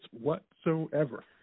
whatsoever